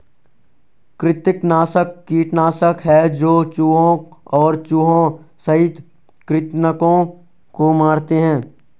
कृंतकनाशक कीटनाशक है जो चूहों और चूहों सहित कृन्तकों को मारते है